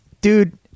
Dude